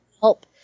help